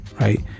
right